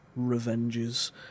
revenges